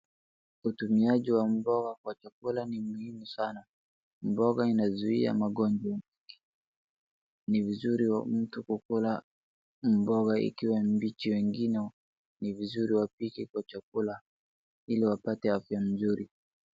Utumiaji wa mboga kwa chakula ni muhimu sana. Mboga inazuia magonjwa ni vizuri mtu kukula mboga ikiwa mbichi wengine wapike kwa chakula ili wapate afya nzuri.